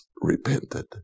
repented